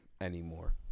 anymore